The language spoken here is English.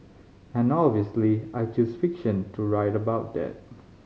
and obviously I choose fiction to write about that